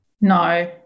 No